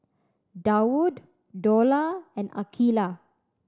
Daud Dollah and Aqeelah